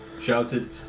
shouted